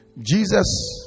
Jesus